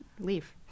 leave